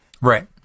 Right